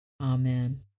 Amen